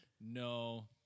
no